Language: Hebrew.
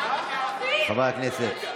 חברי הכנסת,